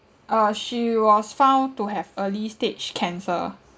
uh she was found to have early stage cancer